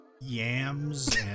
yams